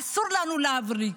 אסור לנו להבליג.